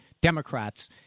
Democrats –